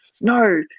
no